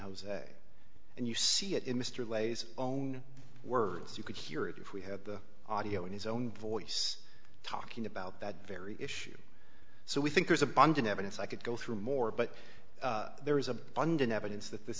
jose and you see it in mr lay's own words you could hear it if we had the audio in his own voice talking about that very issue so we think there's a bunch of evidence i could go through more but there is abundant evidence that this